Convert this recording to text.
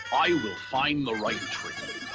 i will find the right tree!